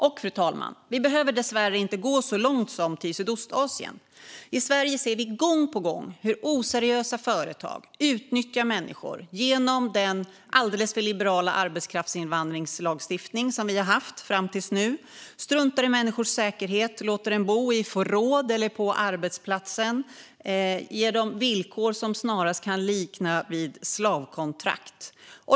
Fru talman! Vi behöver dessvärre inte gå så långt som till Sydostasien. I Sverige ser vi gång på gång hur oseriösa företag utnyttjar människor genom den alldeles för liberala arbetskraftsinvandringslagstiftning som vi har haft fram till nu. Man struntar i människors säkerhet, låter dem bo i förråd eller på arbetsplatsen och ger dem villkor som snarast kan liknas vid slavkontrakt.